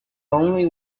only